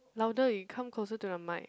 louder you come closer to the mic